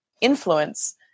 influence